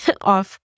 off